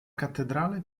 cattedrale